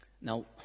Now